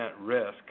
risk